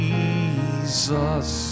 Jesus